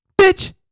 Bitch